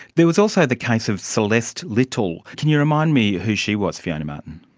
there was also the case of celeste liddle can you remind me who she was, fiona martin?